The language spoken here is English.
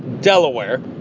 Delaware